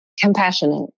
Compassionate